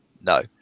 No